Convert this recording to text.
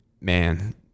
man